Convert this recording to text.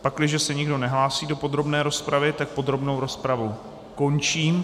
Pakliže se nikdo nehlásí do podrobné rozpravy, tak podrobnou rozpravu končím.